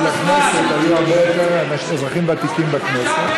שאקוניס לא יצביע, הוא נכנס עכשיו.